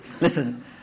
Listen